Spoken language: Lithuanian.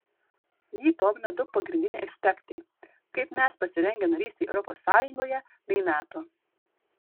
jį domino du pagrindiniai aspektai kaip mes pasirengę narystei europos sąjungoje bei nato